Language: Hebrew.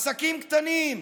עסקים קטנים,